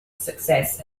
success